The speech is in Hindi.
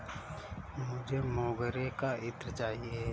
मुझे मोगरे का इत्र चाहिए